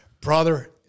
Brother